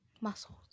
Muscles